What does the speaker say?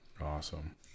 Awesome